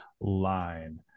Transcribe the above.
line